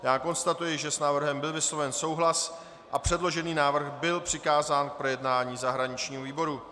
Já konstatuji, že s návrhem byl vysloven souhlas a předložený návrh byl přikázán k projednání zahraničnímu výboru.